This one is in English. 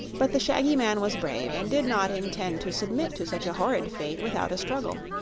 but the shaggy man was brave and did not intend to submit to such a horrid fate without a struggle.